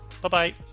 Bye-bye